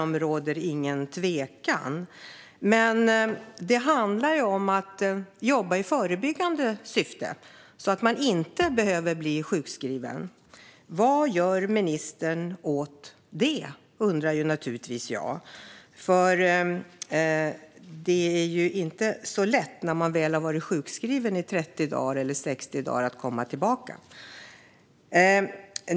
Men det handlar om att jobba i förebyggande syfte, så att man inte behöver bli sjukskriven. Jag undrar naturligtvis vad ministern gör åt det. Det är inte så lätt att komma tillbaka när man väl har varit sjukskriven i 30 dagar eller 60 dagar.